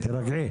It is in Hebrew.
תירגעי.